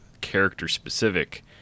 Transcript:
character-specific